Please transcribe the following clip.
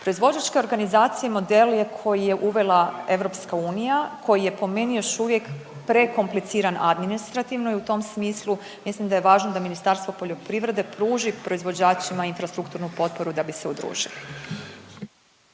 Proizvođačka organizacija model koji je uvela EU koji je po meni još uvijek prekompliciran administrativno i u tom smislu mislim da je važno da Ministarstvo poljoprivrede pruži proizvođačima infrastrukturnu potporu da bi se udružili.